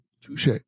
Touche